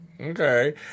Okay